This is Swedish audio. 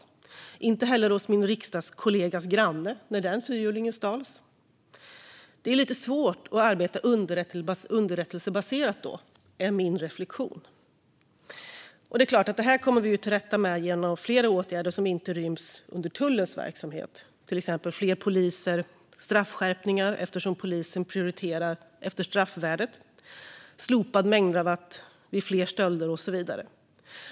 Det gjorde den inte heller hos min riksdagskollegas granne när den fyrhjulingen stals. Det är lite svårt att arbeta underrättelsebaserat då. Det är min reflektion. Det här kommer vi till rätta med genom flera åtgärder som inte ryms under tullens verksamhet, till exempel fler poliser, straffskärpningar, eftersom polisen prioriterar efter straffvärdet, och slopad mängdrabatt vid fler stölder.